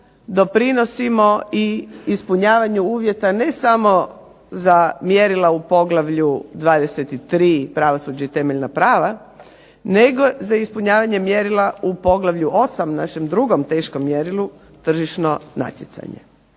doprinosimo i ispunjavanju uvjeta ne samo za mjerila u poglavlju 23.-Pravosuđe i temeljna prava, nego za ispunjavanje mjerila u poglavlju 8., našem drugom teškom mjerilu, Tržišno natjecanje,